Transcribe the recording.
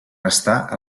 restar